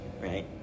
right